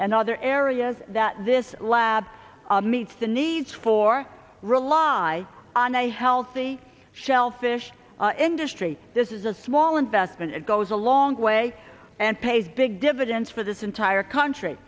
and other areas that this lab meets the needs for rely on a healthy shellfish industry this is a small investment it goes a long way and pays big dividends for this entire country